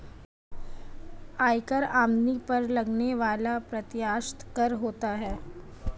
आयकर आमदनी पर लगने वाला प्रत्यक्ष कर होता है